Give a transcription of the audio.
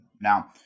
now